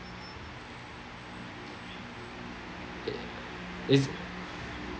ya is